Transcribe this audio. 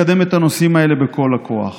לקדם את הנושאים האלה בכל הכוח.